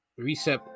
Recep